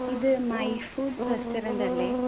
ഇത് my food restaurant അല്ലേ